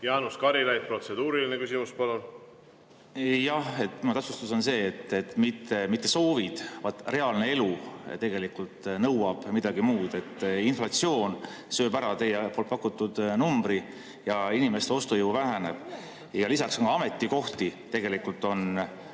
Jaanus Karilaid, protseduuriline küsimus, palun! Jah, mu täpsustus on see, et mitte soovid, vaid reaalne elu nõuab midagi muud. Inflatsioon sööb ära teie pakutud numbri ja inimeste ostujõud väheneb, lisaks on ametikohti vähem, kui